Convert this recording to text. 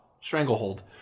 Stranglehold